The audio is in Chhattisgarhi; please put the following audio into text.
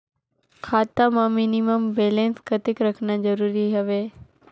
खाता मां मिनिमम बैलेंस कतेक रखना जरूरी हवय?